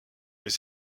mais